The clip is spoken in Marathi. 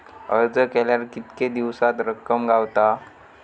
अर्ज केल्यार कीतके दिवसात रक्कम गावता?